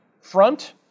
front